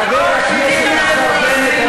חבר הכנסת השר בנט,